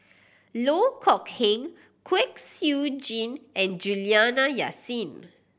Loh Kok Heng Kwek Siew Jin and Juliana Yasin